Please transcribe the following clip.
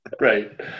Right